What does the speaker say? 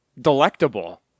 delectable